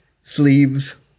sleeves